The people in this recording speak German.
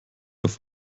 auf